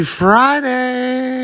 friday